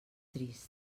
trist